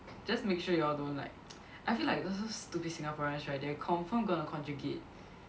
just make sure you all don't like I feel like those those stupid Singaporeans right they confirm going to congregate